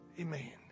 Amen